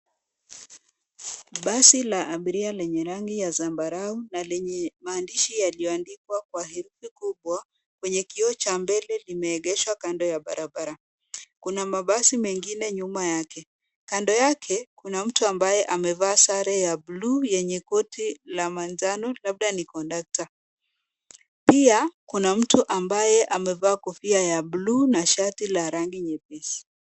Basi la abiria lenye rangi ya zambarau na lenye maandishi yaliyoandikwa kwa herufi kubwa kwenye kioo cha mbele limeegeshwa kando ya barabara. Kuna mabasi mengine nyuma yake. Kando yake, kuna mtu ambaye amevaa sare ya buluu yenye koti la manjano labda ni kondakta. Pia kuna mtu ambaye amevaa kofia ya buluu na shati la rangi nyepesi.